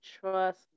trust